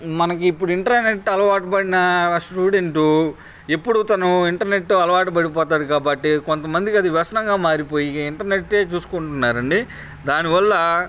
మనకి ఇప్పుడు ఇంటర్నెట్ అలవాటు పడిన స్టూడెంటు ఇప్పుడు తను ఇంటర్నెట్ అలవాటు పడిపోతాడు కాబట్టి కొంతమందికి అది వ్యసనంగా మారిపోయి ఇంటర్నెట్టే చూసుకుంటు ఉంటున్నారండి దానివల్ల